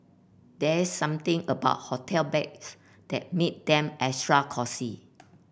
there's something about hotel beds that make them extra cosy